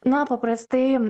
na paprastai